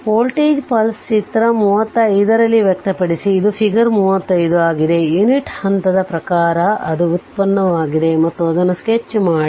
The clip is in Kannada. ವೋಲ್ಟೇಜ್ ಪಲ್ಸ್ ಚಿತ್ರ 35 ರಲ್ಲಿ ವ್ಯಕ್ತಪಡಿಸಿ ಇದು ಫಿಗರ್ 35 ಆಗಿದೆ ಯುನಿಟ್ ಹಂತದ ಪ್ರಕಾರ ಅದು ವ್ಯುತ್ಪನ್ನವಾಗಿದೆ ಮತ್ತು ಅದನ್ನು ಸ್ಕೆಚ್ ಮಾಡಿ